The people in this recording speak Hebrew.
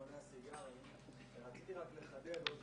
רציתי לחדד עוד